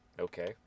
Okay